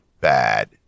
bad